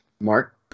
Mark